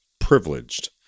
privileged